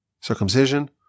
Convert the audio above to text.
circumcision